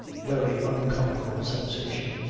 very uncomfortable sensation.